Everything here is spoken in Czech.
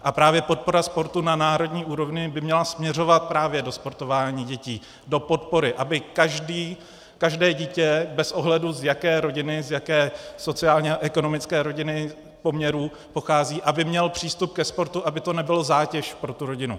A právě podpora sportu na národní úrovni by měla směřovat právě do sportování dětí, do podpory, aby každé dítě bez ohledu na to, z jaké rodiny, z jakých sociálních a ekonomických poměrů pochází, mělo přístup ke sportu, aby to nebyla zátěž pro tu rodinu.